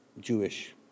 Jewish